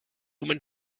woman